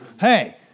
Hey